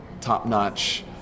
top-notch